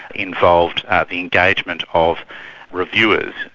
involved the engagement of reviewers,